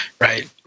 right